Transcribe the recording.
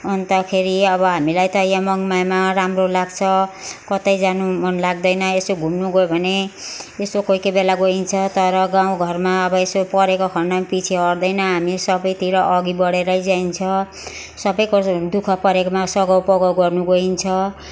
अन्तखेरि अब हामीलाई त यहाँ मङमायामा राम्रो लाग्छ कतै जानु मन लाग्दैन यसो घुम्नु गयो भने यसो कोही कोही बेला गइन्छ तर गाउँ घरमा अब यसो परेको खन्डमा पिछे हट्दैन हामी सबैतिर अघि बढेरै जाइन्छ सबै कसैको दुःख परेकोमा सघाउपघाउ गर्नु गइन्छ